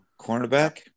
Cornerback